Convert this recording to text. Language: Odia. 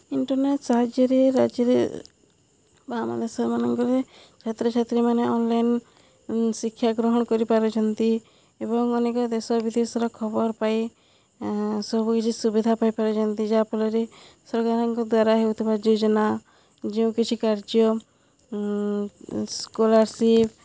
ଇଣ୍ଟର୍ନେଟ୍ ସାହାଯ୍ୟରେ ରାଜ୍ୟରେ ବା ଆମ ଦେଶମାନଙ୍କରେ ଛାତ୍ରଛାତ୍ରୀମାନେ ଅନ୍ଲାଇନ୍ ଶିକ୍ଷା ଗ୍ରହଣ କରିପାରୁଛନ୍ତି ଏବଂ ଅନେକ ଦେଶ ବିଦେଶର ଖବର ପାଇ ସବୁକିଛି ସୁବିଧା ପାଇପାରୁଛନ୍ତି ଯାହା ଫଳରେ ସରକାରଙ୍କ ଦ୍ୱାରା ହେଉଥିବା ଯୋଜନା ଯେଉଁ କିଛି କାର୍ଯ୍ୟ ସ୍କୋଲାର୍ସିପ୍